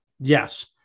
yes